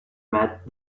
met